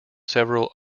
several